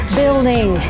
building